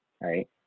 right